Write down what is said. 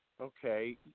Okay